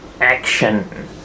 action